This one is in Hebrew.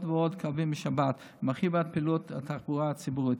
ועוד קווים בשבת ומרחיבה את פעילות התחבורה הציבורית,